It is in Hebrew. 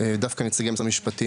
דווקא עם נציגי משרד המשפטים,